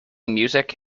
music